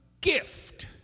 gift